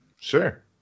Sure